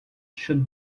should